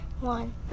One